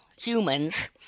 humans